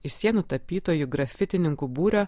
iš sienų tapytojų grafitininkų būrio